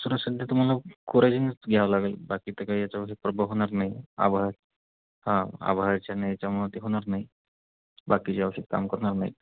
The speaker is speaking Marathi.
दुसरं सध्या तुम्हाला कोरायजनच घ्यावं लागेल बाकी तर काय याच्यामध्ये प्रभाव होणार नाही आभाळा हा आभाळाच्यानं याच्यामध्ये होणार नाही बाकीची औषधं काम करणार नाही आहेत